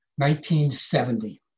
1970